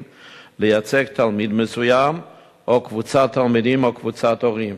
לייצג תלמיד מסוים או קבוצת תלמידים או קבוצת הורים.